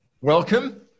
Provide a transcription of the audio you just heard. Welcome